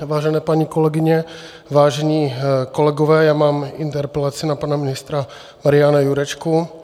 Vážené paní kolegyně, vážení kolegové, mám interpelaci na pana ministra Mariana Jurečku.